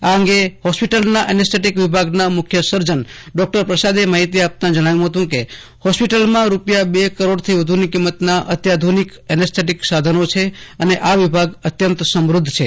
આ અંગે હોસ્પીટલના એનેસ્થેટીક વિભાગના મુખ્ય સર્જન ડોક્ટર પ્રસાદે માહિતી આપતા જણાવ્યું હતું કે હોસ્પીટલમાં રૂપિયા બે કરોડથી વધુની કિંમતના અત્યાધુનિક એનેસ્થેટીક સાધનો છે અને આ વિભાગ અત્યંત સમૃદ્ધ છે